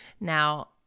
Now